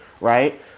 right